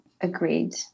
Agreed